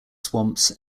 swamps